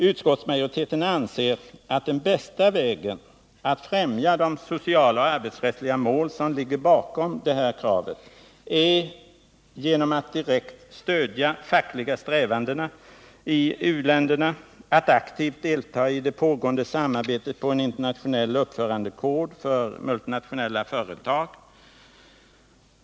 Utskottsmajoriteten anser att den bästa vägen att främja de sociala och arbetsrättsliga mål, som ligger bakom detta krav, är att direkt stödja fackliga strävanden i u-länderna, att aktivt delta i det pågående arbetet med en internationell uppförandekod för multinationella företag.